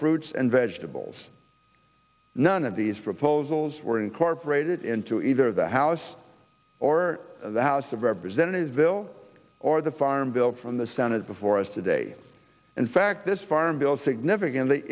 fruits and vegetables none of these proposals were incorporated into either the house or the house of representatives bill or the farm bill from the senate before us today in fact this farm bill significantly